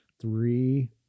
Three